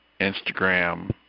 Instagram